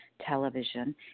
television